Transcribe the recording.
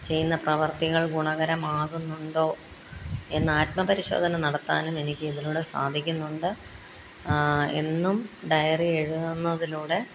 ചെയ്യുന്ന പ്രവർത്തികൾ ഗുണകരമാകുന്നുണ്ടോ എന്ന് ആത്മപരിശോധന നടത്താനും എനിക്ക് ഇതിലൂടെ സാധിക്കുന്നുണ്ട് എന്നും ഡയറി എഴുതുന്നതിലൂടെ